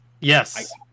Yes